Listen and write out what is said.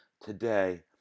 today